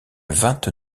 vingt